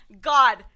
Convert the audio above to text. God